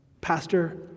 Pastor